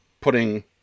putting